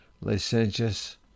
licentious